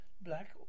black